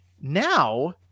Now